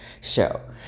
show